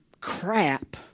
crap